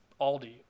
aldi